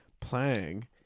playing